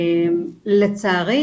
לצערי,